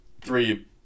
three